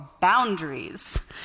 boundaries